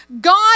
God